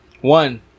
one